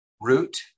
root